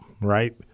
right